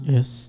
Yes